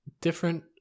different